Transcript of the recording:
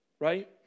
Right